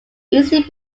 easily